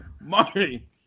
Marty